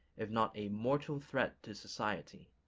if not a mortal threat to society.